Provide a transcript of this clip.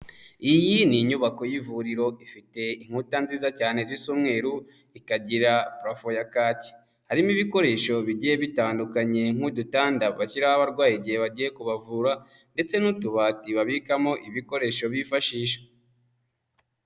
Iyi ni inyubako y'ivuriro, ifite inkuta nziza cyane zisa umweru, ikagira parafo ya kaki, harimo ibikoresho bigiye bitandukanye nk'udutanda bashyiraho abarwayi igihe bagiye kubavura ndetse n'utubati babikamo ibikoresho bifashisha.